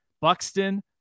Buxton